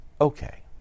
Okay